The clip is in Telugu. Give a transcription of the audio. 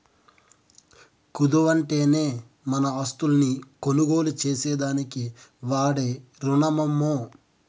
కుదవంటేనే మన ఆస్తుల్ని కొనుగోలు చేసేదానికి వాడే రునమమ్మో